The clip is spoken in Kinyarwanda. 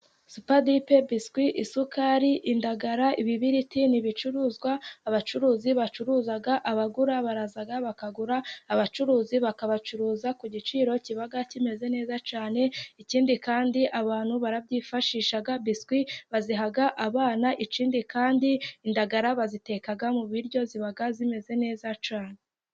Supadipe, isukari, indagara, ibibiriti, ni ibicuruzwa abacuruzi bacuruza, abagura baraza bakagura, abacuruzi bakabacuruza ku giciro kiba kimeze neza cyane, ikindi kandi abantu barabyifashisha biswi baziha abana, ikindi kandi indagara baziteka mu biryo, ziba zimeze neza cyane.